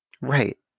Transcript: Right